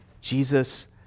Jesus